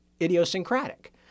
idiosyncratic